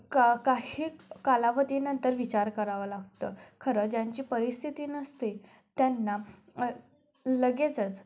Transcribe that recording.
का काही कालावधीनंतर विचार करावं लागतं खरं ज्यांची परिस्थिती नसते त्यांना लगेचच